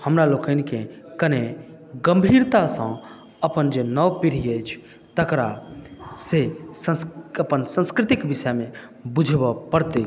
हमरा लोकनिकेँ कनेक गम्भीरतासँ अपन जे नव पीढ़ी अछि तकरा से अपन संस्कृतिक विषयमे बुझबय पड़तैक